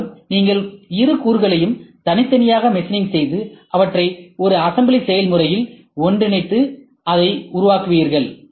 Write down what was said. பெரும்பாலும் நீங்கள் இரு கூறுகளையும் தனித்தனியாக மெஷினிங் செய்து அவற்றை ஒரு அசெம்பிளி செயல்முறையில் ஒன்றிணைத்து அதைஉருவாக்குவீர்கள்